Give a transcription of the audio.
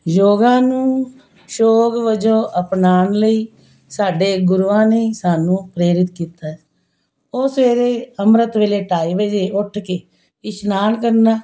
ਯੋਗਾ ਨੂੰ ਸ਼ੌਕ ਵਜੋਂ ਅਪਨਾਉਣ ਲਈ ਸਾਡੇ ਗੁਰੂਆਂ ਨੇ ਹੀ ਸਾਨੂੰ ਪ੍ਰੇਰਿਤ ਕੀਤਾ ਹੈ ਉਹ ਸਵੇਰੇ ਅੰਮ੍ਰਿਤ ਵੇਲੇ ਢਾਈ ਵਜੇ ਉੱਠ ਕੇ ਇਸ਼ਨਾਨ ਕਰਨਾ